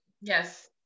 Yes